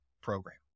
program